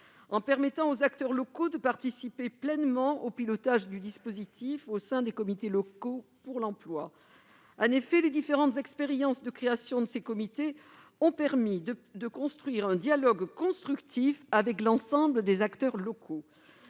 en permettant aux acteurs locaux de participer pleinement au pilotage du dispositif au sein des comités locaux pour l'emploi. En effet, les différentes expériences de création de ces comités ont permis d'engager un dialogue constructif avec l'ensemble des acteurs locaux.